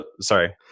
sorry